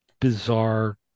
bizarre